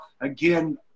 again